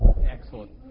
Excellent